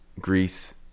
greece